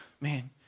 man